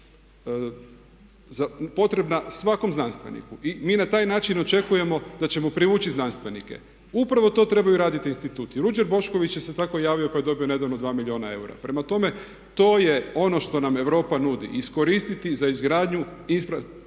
potrebna svakom znanstveniku. I mi na taj način očekujemo da ćemo privući znanstvenike. Upravo to trebaju raditi instituti. Ruđer Bošković se tako javio pa je dobio nedavno 2 milijuna eura. Prema tome, to je ono što nam Europa nudi. Iskoristiti za izgradnju infrastrukturne